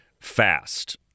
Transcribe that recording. fast